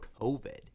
COVID